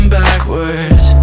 backwards